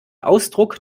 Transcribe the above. ausdruck